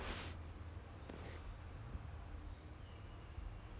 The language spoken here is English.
ah the the new the new err 刚刚 join 的 that flight crew